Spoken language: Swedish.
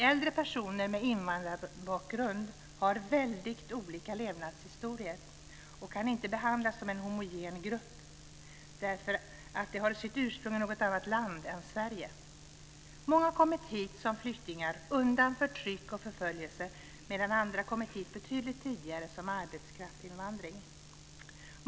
Äldre personer med invandrarbakgrund har väldigt olika levnadshistorier och kan inte behandlas som en homogen grupp på grund av att de har sitt ursprung i något annat land än Sverige. Många har kommit hit som flyktingar undan förtryck och förföljelse, medan andra kommit hit betydligt tidigare som arbetskraftsinvandrare.